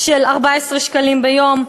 של 14 שקלים ביום,